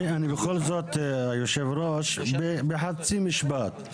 אני בכל זאת, יושב הראש, בחצי משפט.